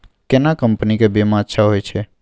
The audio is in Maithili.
केना कंपनी के बीमा अच्छा होय छै?